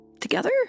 together